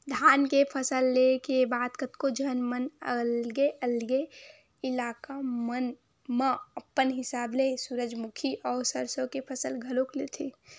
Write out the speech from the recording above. धान के फसल ले के बाद कतको झन मन अलगे अलगे इलाका मन म अपन हिसाब ले सूरजमुखी अउ सरसो के फसल घलोक लेथे